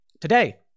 Today